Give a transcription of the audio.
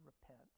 repent